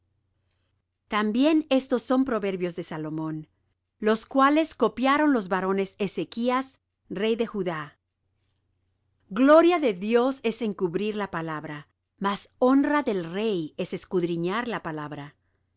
también estos son proverbios de salomón los cuales copiaron los varones de ezechas rey de judá gloria de dios es encubrir la palabra mas honra del rey es escudriñar la palabra